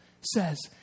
says